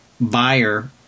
buyer